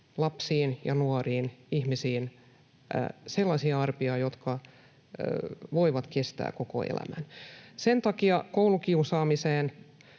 lapsiin ja nuoriin ihmisiin sellaisia arpia, jotka voivat kestää koko elämän. Sen takia koulukiusaamiseen